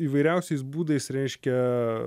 įvairiausiais būdais reiškia